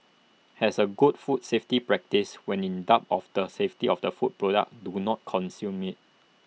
as A good food safety practice when in doubt of the safety of A food product do not consume IT